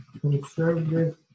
conservative